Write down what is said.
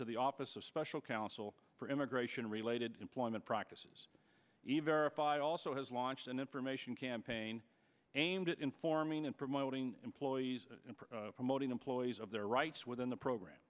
to the office of special counsel for immigration related employment practices even also has launched an information campaign aimed at informing and promoting employees promoting employees of their rights within the program